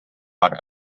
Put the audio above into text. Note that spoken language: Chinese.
发展